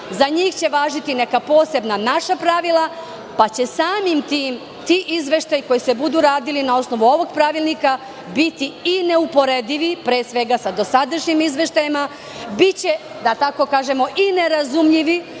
za njih će važiti neka posebna naša pravila, pa će samim tim, ti izveštaji koji se budu radili na osnovu ovog pravilnika biti i neuporedivi pre svega sa dosadašnjim izveštajima, biće i nerazumljivi